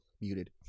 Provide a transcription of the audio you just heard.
muted